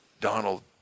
Donald